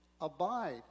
abide